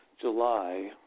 July